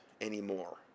anymore